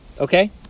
Okay